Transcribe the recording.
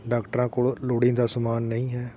ਡਾਕਟਰਾਂ ਕੋਲ ਲੋੜੀਂਦਾ ਸਮਾਨ ਨਹੀਂ ਹੈ